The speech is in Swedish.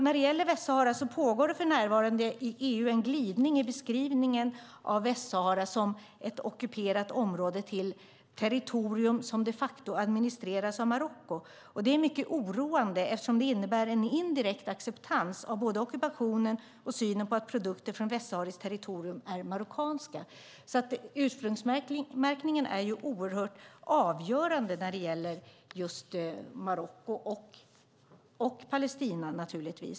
När det gäller Västsahara pågår för närvarande i EU en glidning i beskrivningen av Västsahara som ett ockuperat område till "territorium som de facto administreras av Marocko". Det är mycket oroande eftersom det innebär en indirekt acceptans både av ockupationen och av synen att produkter från västsahariskt territorium är marockanska. Ursprungsmärkningen är avgörande när det gäller just Västsahara och Palestina.